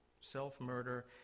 Self-murder